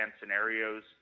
scenarios